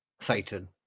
Satan